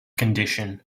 condition